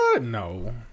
No